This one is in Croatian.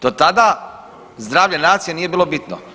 Do tada zdravlje nacije nije bilo bitno.